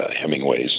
Hemingway's